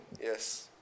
yes